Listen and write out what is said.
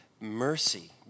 Mercy